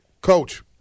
Coach